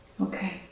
Okay